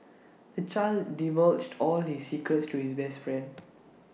the child divulged all his secrets to his best friend